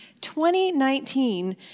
2019